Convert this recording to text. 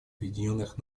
объединенных